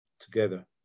together